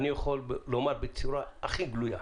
אני יכול לומר בצורה הכי גלויה: